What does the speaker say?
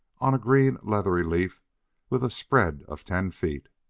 on a great leathery leaf with a spread of ten feet,